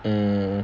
mm